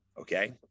okay